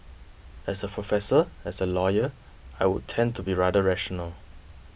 as a professor as a lawyer I would tend to be rather rational